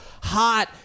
hot